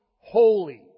holy